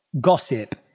gossip